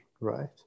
right